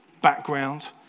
background